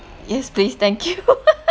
yes please thank you